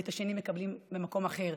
ואת השני מקבלים במקום אחר,